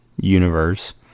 universe